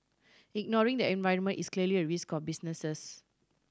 ignoring the environment is clearly a risk businesses